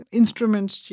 instruments